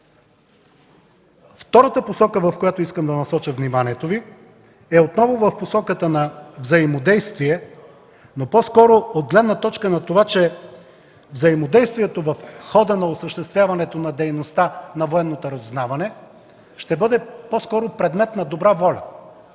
Втората посока, в която искам да насоча вниманието Ви, е отново в посоката на взаимодействие, но по-скоро от гледна точка на това, че взаимодействието в хода на осъществяването на дейността на военното разузнаване ще бъде по-скоро предмет на добра воля